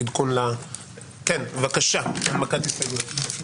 הנמקת הסתייגויות.